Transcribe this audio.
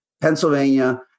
Pennsylvania